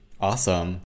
Awesome